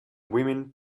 women